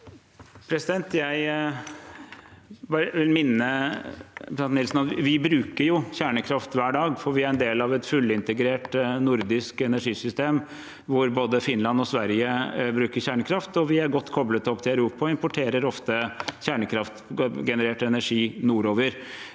minne representanten Nilsen om at vi bruker kjernekraft hver dag, for vi er en del av et fullintegrert nordisk energisystem, og både Finland og Sverige bruker kjernekraft. Vi er også godt koblet til Europa og importerer ofte kjernekraftgenerert energi nordover.